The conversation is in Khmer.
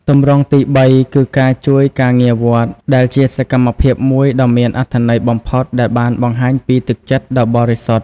ទម្រង់ទីបីគឺការជួយការងារវត្ត ដែលជាសកម្មភាពមួយដ៏មានអត្ថន័យបំផុតដែលបានបង្ហាញពីទឹកចិត្តដ៏បរិសុទ្ធ។